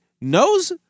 knows